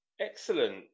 Excellent